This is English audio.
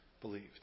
believed